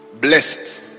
Blessed